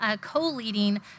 co-leading